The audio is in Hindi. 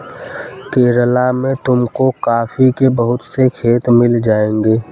केरला में तुमको कॉफी के बहुत से खेत मिल जाएंगे